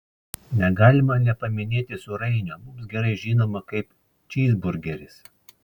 negalima nepaminėti sūrainio mums gerai žinomo kaip čyzburgeris